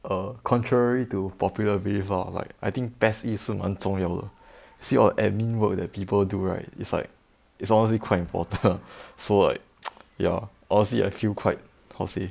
err contrary to popular belief ah like I think PES E 是蛮重要的 see ah admin work that people do right it's like it's honestly quite important ah so like ya honestly I feel quite how to say